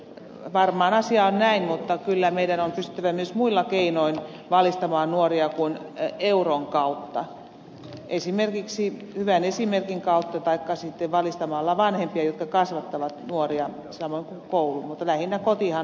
varmaan asia on näin mutta kyllä meidän on pystyttävä myös muilla keinoin valistamaan nuoria kuin euron kautta esimerkiksi hyvän esimerkin kautta taikka sitten valistamalla vanhempia jotka kasvattavat nuoria samoin kuin koulu mutta lähinnä kotihan lapset kasvattaa